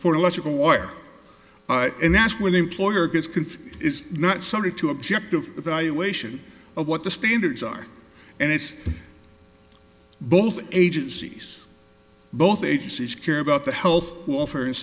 for electrical wire and that's where the employer gets confused is not somebody to objective evaluation of what the standards are and it's both agencies both agencies care about the health offer and